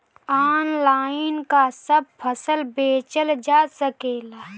Online का सब फसल बेचल जा सकेला?